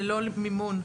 ללא מימון.